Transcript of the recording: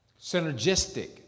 Synergistic